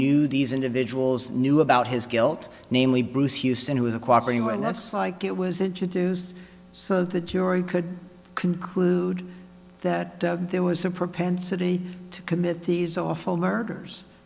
knew these individuals knew about his guilt namely bruce houston who was a cooperating witness like it was introduced so the jury could conclude that there was a propensity to commit these awful murders